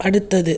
அடுத்தது